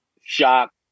Shock